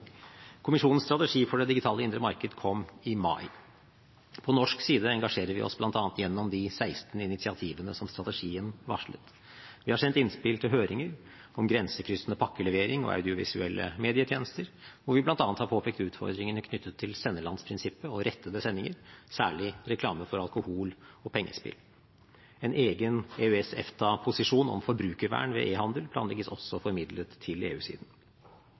Kommisjonens strategi for det digitale indre marked kom i mai. På norsk side engasjerer vi oss bl.a. gjennom de 16 initiativene som strategien varslet. Vi har sendt innspill til høringer om grensekryssende pakkelevering og audiovisuelle medietjenester, hvor vi bl.a. har påpekt utfordringene knyttet til senderlandsprinsippet og rettede sendinger, særlig reklame for alkohol og pengespill. En egen EØS/EFTA-posisjon om forbrukervern ved e-handel planlegges også formidlet til